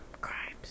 crimes